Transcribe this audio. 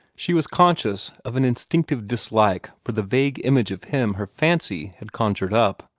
she was conscious of an instinctive dislike for the vague image of him her fancy had conjured up,